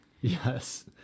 Yes